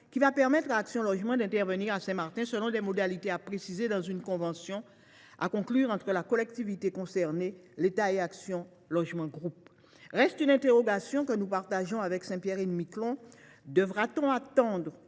qui permettra à Action Logement d’intervenir à Saint Martin selon des modalités à préciser dans une convention à conclure entre la collectivité concernée, l’État et Action Logement Groupe. Reste une interrogation, que nous partageons avec Saint Pierre et Miquelon : devrons nous